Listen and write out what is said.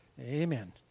Amen